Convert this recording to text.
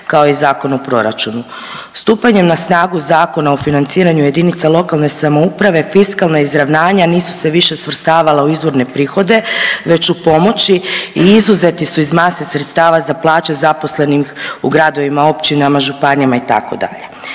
kao i Zakon o proračunu. Stupanjem na snagu Zakona o financiranju jedinica lokalne samouprave fiskalna izravnanja nisu se više svrstavala u izvorne prihode već u pomoći i izuzeti su iz mase sredstava za plaće zaposlenih u gradovima, općinama, županijama itd.